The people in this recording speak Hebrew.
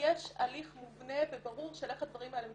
יש הליך מובנה וברור של איך הדברים האלה מתרחשים.